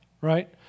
right